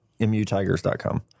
mutigers.com